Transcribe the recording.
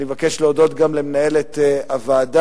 אני מבקש להודות גם למנהלת הוועדה,